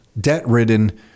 debt-ridden